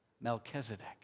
Melchizedek